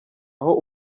aho